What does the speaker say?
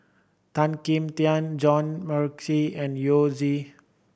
Tan Kim Tian John Morrice and Yao Zi